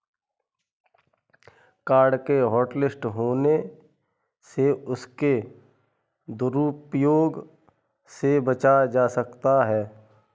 card के hotlist होने से उसके दुरूप्रयोग से बचा जा सकता है